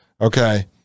okay